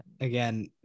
again